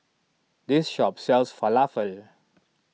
this shop sells Falafel